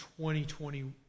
2020